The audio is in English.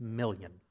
million